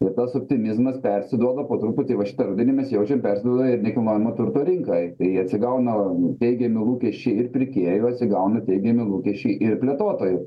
ir tas optimizmas persiduoda po truputį va šitą rudenį mes jaučiam persiduoda ir nekilnojamo turto rinkai tai atsigauna teigiami lūkesčiai ir pirkėjų atsigauna teigiami lūkesčiai ir plėtotojų